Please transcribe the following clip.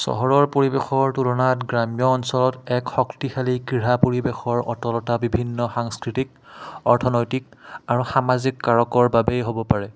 চহৰৰ পৰিৱেশৰ তুলনাত গ্ৰাম্য অঞ্চলত এক শক্তিশালী ক্ৰীড়া পৰিৱেশৰ অতলতা বিভিন্ন সাংস্কৃতিক অৰ্থনৈতিক আৰু সামাজিক কাৰকৰ বাবেই হ'ব পাৰে